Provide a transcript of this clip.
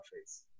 face